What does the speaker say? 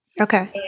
Okay